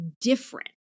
different